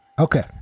Okay